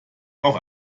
auch